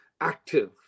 active